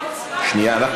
שנייה.